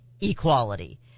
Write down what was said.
equality